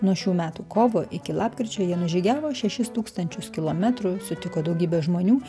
nuo šių metų kovo iki lapkričio jie nužygiavo šešis tūkstančius kilometrų sutiko daugybę žmonių